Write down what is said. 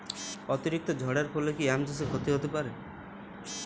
অতিরিক্ত ঝড়ের ফলে কি আম চাষে ক্ষতি হতে পারে?